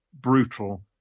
brutal